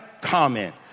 comment